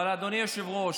אבל אדוני היושב-ראש,